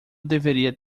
deveria